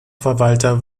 verwalter